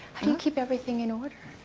i mean keep everything in order?